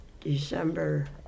December